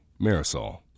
Marisol